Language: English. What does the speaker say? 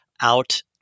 out